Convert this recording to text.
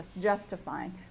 Justifying